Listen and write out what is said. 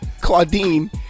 Claudine